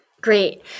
great